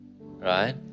right